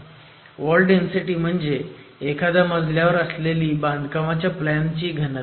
wall density म्हणजे एखाद्या मजल्यावर असलेली बांधकामाच्या प्लॅनची घनता